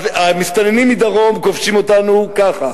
אז המסתננים מדרום כובשים אותנו ככה,